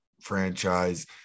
franchise